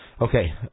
Okay